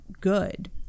good